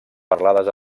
parlades